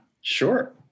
Sure